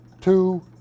two